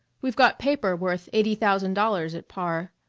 we've got paper worth eighty thousand dollars at par.